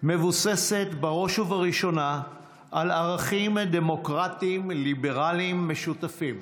מבוססת בראש ובראשונה על ערכים דמוקרטיים-ליברליים משותפים,